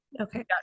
okay